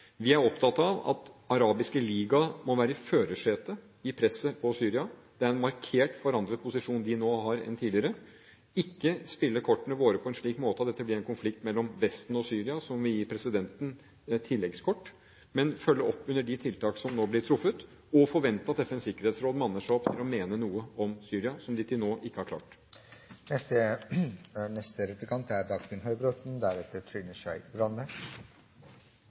Vi er opptatt av at Den arabiske liga må være i førersetet i presset på Syria – det er en markert forandret posisjon de nå har enn tidligere – og av ikke å spille kortene våre på en slik måte at dette blir en konflikt mellom Vesten og Syria, som vil gi presidenten et tilleggskort, men følge opp de tiltak som nå blir truffet, og forvente at FNs sikkerhetsråd manner seg opp til å mene noe om Syria, som de til nå ikke har klart.